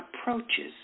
approaches